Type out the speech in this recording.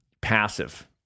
passive